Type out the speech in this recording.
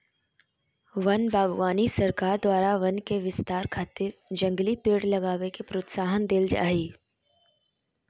वन बागवानी सरकार द्वारा वन के विस्तार खातिर जंगली पेड़ लगावे के प्रोत्साहन देल जा हई